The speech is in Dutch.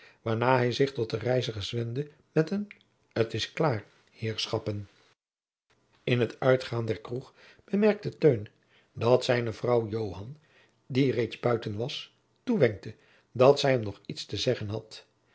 waarna hij zich tot de reizigers wendde met een t is klaôr heerschoppen in t uitgaan der kroeg bemerkte teun dat zijne vrouw joan die reeds buiten was toewenkte dat zij hem nog iets te zeggen had